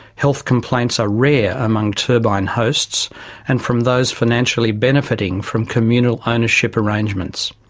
health complaints are rare among turbine hosts and from those financially benefiting from communal ownership arrangements.